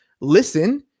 listen